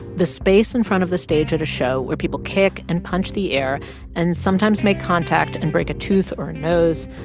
the space in front of the stage at a show where people kick and punch the air and sometimes make contact and break a tooth or a nose.